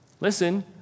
Listen